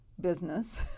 business